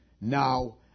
now